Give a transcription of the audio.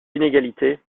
inégalités